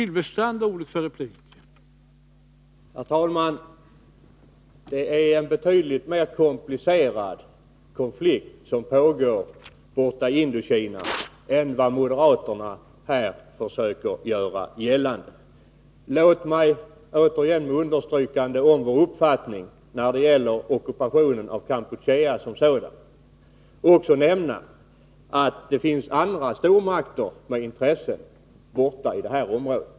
Herr talman! Det är en betydligt mer komplicerad konflikt som pågår borta i Indokina än vad moderaterna här försöker göra gällande. Låt mig åter understryka vår uppfattning när det gäller ockupationen av Kampuchea. Det finns andra stormakter med intressen borta i detta område.